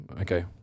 Okay